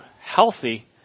healthy